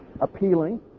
appealing